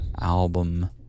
album